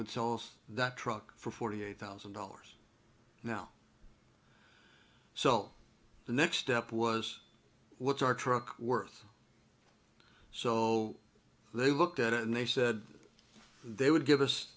would sell us that truck for forty eight thousand dollars now so the next step was what's our truck worth so they looked at it and they said they would give us